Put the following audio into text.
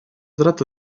tratto